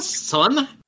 son